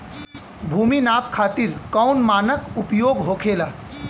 भूमि नाप खातिर कौन मानक उपयोग होखेला?